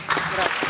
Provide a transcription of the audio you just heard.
Hvala